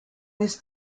this